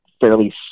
fairly